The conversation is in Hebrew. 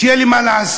שיהיה לי מה לעשות.